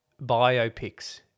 biopics